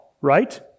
right